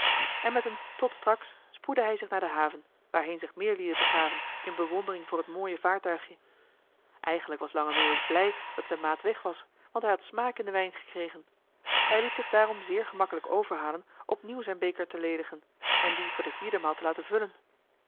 en met een tot straks spoedde hij zich naar de haven waarheen zich meer lieden begaven in bewondering voor het mooie vaartuigje eigenlijk was lange meeuwis blij dat zijn maat weg was want hij had smaak in den wijn gekregen hij liet zich daarom zeer gemakkelijk overhalen opnieuw zijn beker te ledigen en dien voor de vierde maal te laten vullen